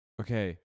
Okay